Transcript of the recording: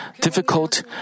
difficult